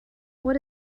what